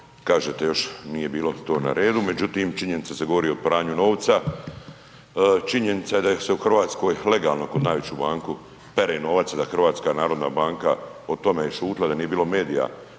kažete još nije bilo to na redu, međutim činjenica da se govori o pranju novca, činjenica da se u Hrvatskoj legalno kroz najveću banku pere novac, da HNB o tome je šutila, da nije bilo medija,